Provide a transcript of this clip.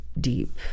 deep